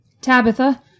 Tabitha